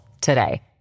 today